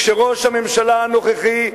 כשראש הממשלה הנוכחי,